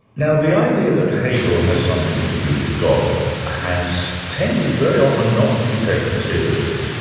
now the idea that hegel has something to do with god has tended very often not to be taken seriously,